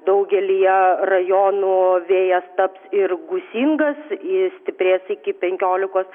daugelyje rajonų vėjas taps ir gūsingas jis stiprės iki penkiolikos